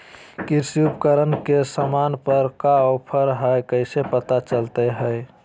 कृषि उपकरण के सामान पर का ऑफर हाय कैसे पता चलता हय?